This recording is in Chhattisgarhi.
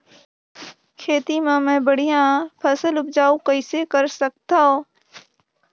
खेती म मै बढ़िया फसल उपजाऊ कइसे कर सकत थव?